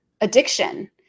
addiction